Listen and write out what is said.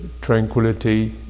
tranquility